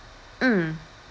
mm